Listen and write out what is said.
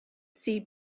see